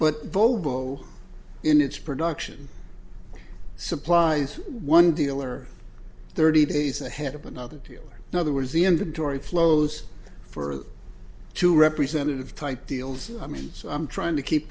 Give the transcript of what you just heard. but volvo in its production supplies one dealer thirty days ahead of another dealer another was the inventory flows for two representative type deals i mean so i'm trying to keep